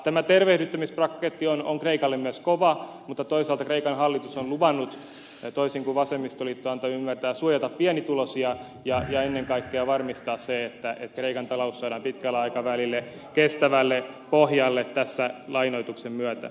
tämä tervehdyttämispaketti on kreikalle myös kova mutta toisaalta kreikan hallitus on luvannut toisin kuin vasemmistoliitto antoi ymmärtää suojata pienituloisia ja ennen kaikkea varmistaa sen että kreikan talous saadaan pitkällä aikavälillä kestävälle pohjalle lainoituksen myötä